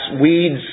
weeds